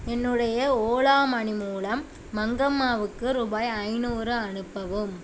என்னுடைய ஓலா மனி மூலம் மங்கம்மாவுக்கு ரூபாய் ஐந்நூறு அனுப்பவும்